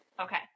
Okay